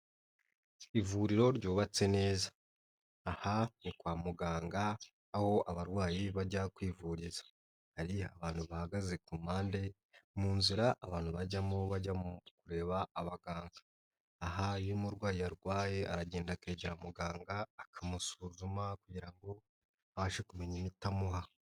Ivuriro ryubatse neza. Aha ni kwa muganga, aho abarwayi bajya kwivuriza. Hari abantu bahagaze ku mpande, mu nzira abantu bajyamo bajya kureba abaganga. Aha iyo umurwayi arwaye aragenda akegerara muganga, akamusuzuma kugira ngo abashe kumenya imiti amuha.